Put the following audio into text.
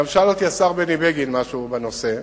גם שאל אותי השר בני בגין משהו בנושא,